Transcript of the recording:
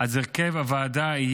הרכב הוועדה,